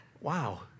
Wow